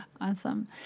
Awesome